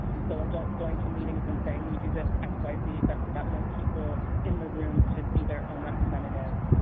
and so adults going to meetings and saying we do this, x, y, z, but without young people in the room to be their own representative.